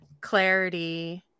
clarity